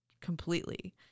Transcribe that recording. completely